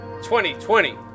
2020